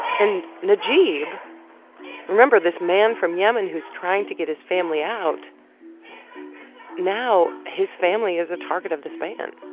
and najeeb remember this man from yemen who's trying to get his family out now his family is a target of this ban.